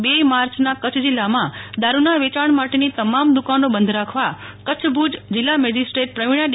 ર માર્ચના કચ્છ જિલ્લામાં દારૂના વેંચાણ માટેની તમામ દુકાનો બંધ રાખવા કચ્છ ભુજ જિલ્લા મેજીસ્ટેટ પ્રવિણા ડી